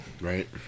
Right